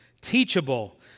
teachable